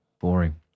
boring